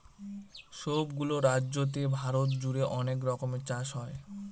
সব গুলো রাজ্যতে ভারত জুড়ে অনেক রকমের চাষ হয়